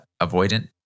avoidant